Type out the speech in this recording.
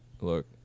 look